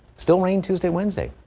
still rain tuesday wednesday.